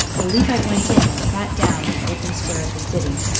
the levite went in and sat down in the open square of the city,